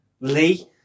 Lee